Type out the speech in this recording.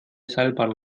seilbahn